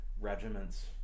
regiments